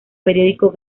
periódico